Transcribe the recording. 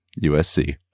USC